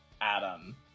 Adam